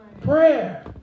Prayer